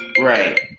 Right